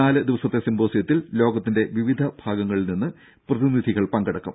നാലു ദിവസത്തെ സിമ്പോസിയത്തിൽ ലോകത്തിന്റെ വിവിധ ഭാഗങ്ങളിൽ നിന്ന് പ്രതിനിധികൾ പങ്കെടുക്കും